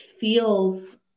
feels